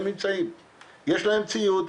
הם נמצאים יש להם ציוד,